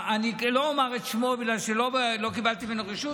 אני לא אומר את שמו בגלל שלא קיבלתי ממנו רשות.